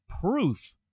proof